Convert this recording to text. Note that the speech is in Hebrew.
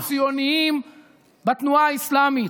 בתומכי הטרור האנטי-ציוניים בתנועה האסלאמית,